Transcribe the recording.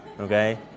okay